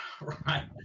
right